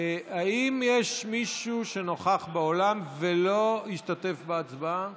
האם יש מישהו שנוכח באולם ולא השתתף בהצבעה?